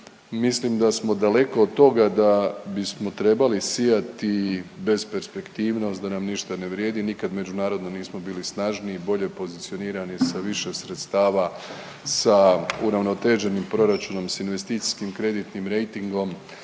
mislim da smo daleko od toga da bismo trebali sijati besperspektivnost, da nam ništa ne vrijedi, nikad međunarodno nismo bili snažniji i bolje pozicionirani sa više sredstava, sa uravnoteženim proračunom, s investicijskim kreditnim rejtingom,